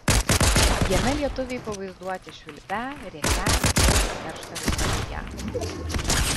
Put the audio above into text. jame lietuviai pavaizduoti švilpią rėkią ir keršto reikalaują